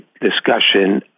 discussion